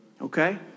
Okay